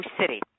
City